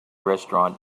restaurant